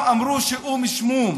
פעם אמרו: או"ם שמום,